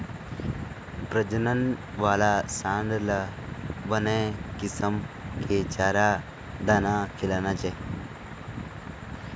प्रजनन वाला सांड ल बने किसम के चारा, दाना खिलाना चाही